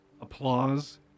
applause